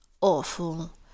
awful